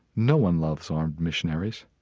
no one loves armed missionaries.